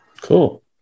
Cool